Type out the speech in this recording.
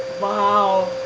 wow,